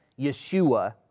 Yeshua